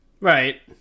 Right